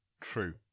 True